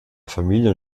familien